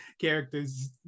characters